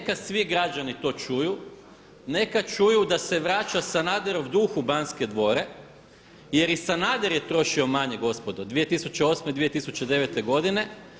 Neka svi građani to čuju, neka čuju da se vraća Sanaderov duh u Banske dvore jer i Sanader je trošio manje, gospodo, 2008., 2009. godine.